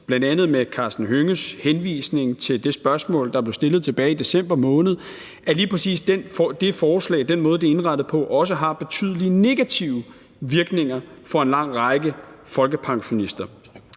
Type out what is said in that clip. bl.a. med Karsten Hønges henvisning til det spørgsmål, der blev stillet tilbage i december måned, at lige præcis det forslag og den måde, det er indrettet på, også har betydelige negative virkninger for en lang række folkepensionister.